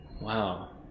wow